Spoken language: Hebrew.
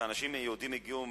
שהאנשים היהודים הגיעו מארץ המוצא,